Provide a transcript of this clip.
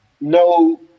no